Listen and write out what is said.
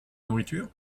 nourriture